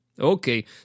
Okay